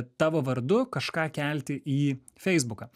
tavo vardu kažką kelti į feisbuką